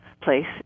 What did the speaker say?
place